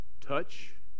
touch